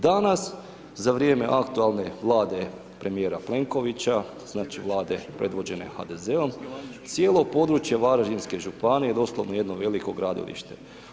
Danas, za vrijeme aktualne Vlade premijera Plenkovića, znači, Vlade predvođene HDZ-om, cijelo područje Varaždinske županije je doslovno jedno veliko gradilište.